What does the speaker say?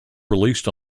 released